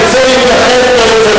ירצה, יתייחס,